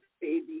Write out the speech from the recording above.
baby